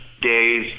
days